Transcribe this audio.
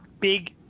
big